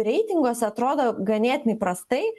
reitinguose atrodo ganėtinai prastai